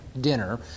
dinner